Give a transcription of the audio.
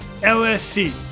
LSC